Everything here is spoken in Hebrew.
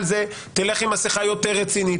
תלך עם מסכה יותר רצינית,